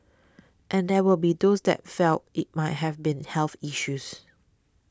and there will be those that felt it might have been health issues